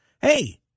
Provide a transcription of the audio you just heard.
hey